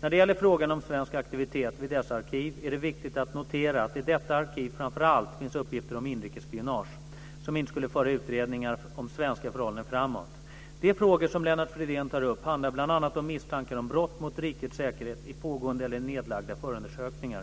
När det gäller frågan om svensk aktivitet vid dess arkiv är det viktigt att notera att det i detta arkiv framför allt finns uppgifter om inrikesspionage, som inte skulle föra utredningar om svenska förhållanden framåt. De frågor som Lennart Fridén tar upp handlar bl.a. om misstankar om brott mot rikets säkerhet i pågående eller nedlagda förundersökningar.